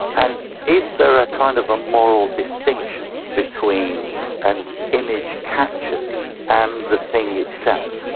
and is there ah kind of a moral distinction between an image captured and the thing itself?